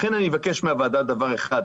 לכן אני מבקש מהוועדה דבר אחד,